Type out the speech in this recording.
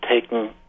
taken